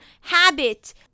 habit